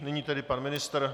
Nyní tedy pan ministr?